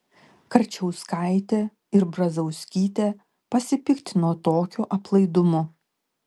karčauskaitė ir brazauskytė pasipiktino tokiu aplaidumu